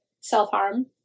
self-harm